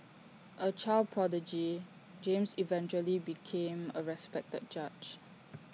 A child prodigy James eventually became A respected judge